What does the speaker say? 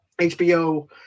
HBO